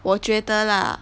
我觉得啦